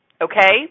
okay